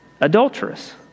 adulterous